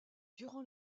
durant